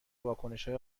واکنشهای